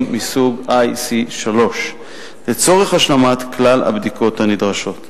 מסוג IC3 לצורך השלמת כלל הבדיקות הנדרשות.